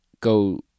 go